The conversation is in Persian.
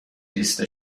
لیست